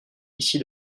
ici